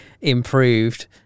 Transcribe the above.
improved